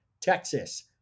texas